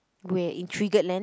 we're in triggered land